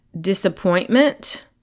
disappointment